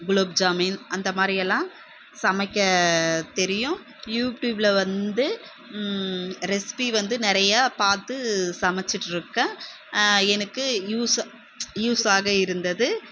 குலோப் ஜாமீன் அந்த மாதிரியெல்லாம் சமைக்கத் தெரியும் யூடுயூபில் வந்து ரெசிபி வந்து நிறையா பார்த்து சமைச்சிட்ருக்கேன் எனக்கு யூஸ் யூஸாக இருந்தது